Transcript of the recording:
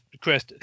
Chris